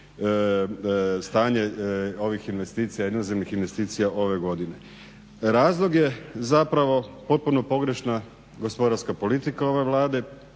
stanje ovih investicija, inozemnim investicija ove godine. Razlog je zapravo potpuno pogrešna gospodarska politika ove Vlade,